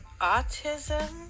autism